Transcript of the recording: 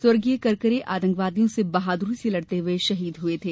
स्व करकरे आतंकवादियों से बहादुरी से लड़ते हुए शहीद हुए थे